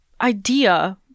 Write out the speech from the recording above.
idea